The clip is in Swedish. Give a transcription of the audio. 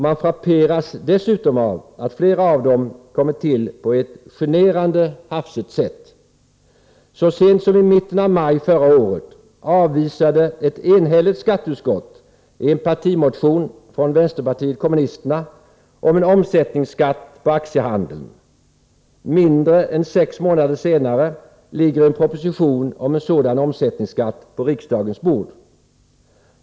Man frapperas dessutom av att flera av dem kommit till på ett generande hafsigt sätt. Så sent som i mitten av maj förra året avvisade ett enhälligt skatteutskott en partimotion från vänsterpartiet kommunisterna om en omsättningsskatt på aktiehandeln. Mindre än sex månader senare ligger en proposition om en sådan omsättningsskatt på riksdagens bord.